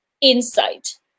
insight